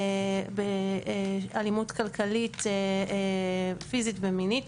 באלימות כלכלית, פיזית ומינית.